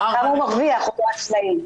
--- כמה הוא מרוויח אותו עצמאי?